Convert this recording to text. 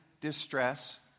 distress